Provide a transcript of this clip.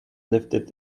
lifted